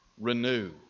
renew